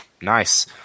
nice